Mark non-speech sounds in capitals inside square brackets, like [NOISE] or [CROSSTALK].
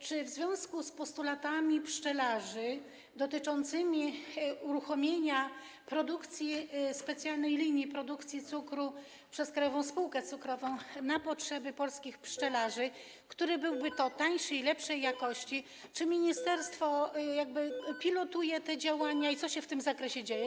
Czy w związku z postulatami pszczelarzy dotyczącymi uruchomienia specjalnej linii produkcji cukru przez Krajową Spółkę Cukrową na potrzeby polskich pszczelarzy, [NOISE] który byłby tańszy i lepszej jakości, ministerstwo pilotuje te działania i co się w tym zakresie dzieje?